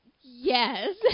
Yes